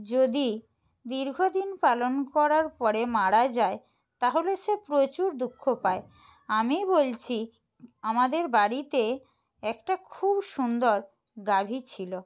যদি দীর্ঘ দিন পালন করার পরে মারা যায় তাহলে সে প্রচুর দুঃখ পায় আমি বলছি আমাদের বাড়িতে একটা খুব সুন্দর গাভী ছিল